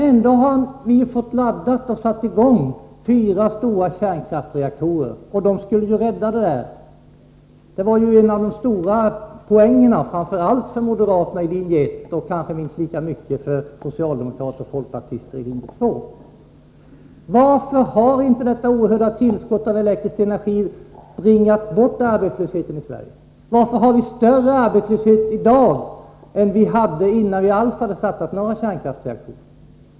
Ändå har vi satt i gång fyra stora kärnreaktorer. Dessa skulle ju rädda sysselsättningen. Detta var en av de stora poängerna, framför allt för moderaterna i linje 1 och kanske lika mycket för socialdemokraterna och folkpartisterna i linje 2. Varför har inte detta oerhörda tillskott av elenergi fått bort arbetslösheten i Sverige? Varför har vi större arbetslöshet i dag än vi hade innan vi ens hade startat några kärnkraftverk?